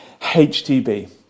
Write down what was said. HTB